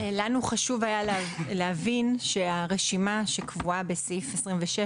לנו חשוב היה להבין שהרשימה שקבועה בסעיף 26,